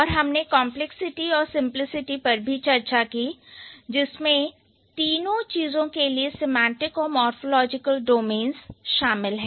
और हमने कंपलेक्सिटी और सिंपलिसिटी पर भी चर्चा की जिसमें तीनों चीजों के लिए सिमेंटिक और मोरफ़ोलॉजिकल डोमेंस शामिल है